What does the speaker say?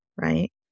right